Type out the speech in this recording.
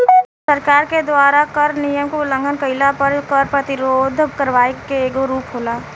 सरकार के द्वारा कर नियम के उलंघन कईला पर कर प्रतिरोध करवाई के एगो रूप होला